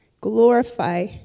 glorify